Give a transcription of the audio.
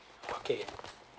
okay